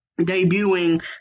debuting